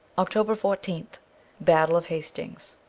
october fourteenth battle of hastings